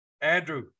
Andrew